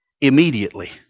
immediately